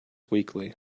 weakly